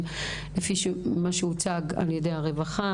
לפי מה שהוצג על ידי הרווח,